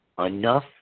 enough